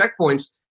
checkpoints